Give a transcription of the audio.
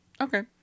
Okay